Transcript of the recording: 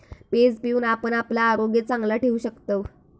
page पिऊन आपण आपला आरोग्य चांगला ठेवू शकतव